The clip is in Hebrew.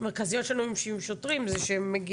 המרכזיות שלנו עם בתי המשפט זה שכשכבר